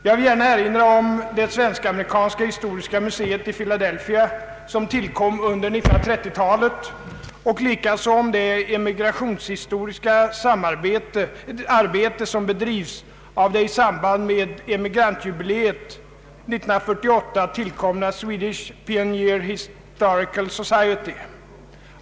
Jag vill gärna erinra om det svensk-amerikanska historiska museet i Philadelphia som tillkom under 1930-talet och likaså om det emigrationshistoriska arbete som bedrivs av det i samband med emigrantjubileet 1948 tillkomna Swedish Pioneer Historical Society.